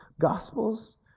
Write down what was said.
gospels